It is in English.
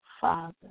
Father